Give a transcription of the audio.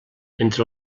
entre